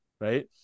right